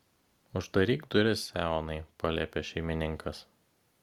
uždaryk duris eonai paliepė šeimininkas